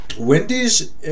Wendy's